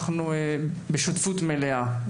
אנחנו בשותפות מלאה,